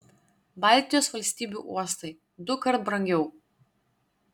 baltijos valstybių uostai dukart brangiau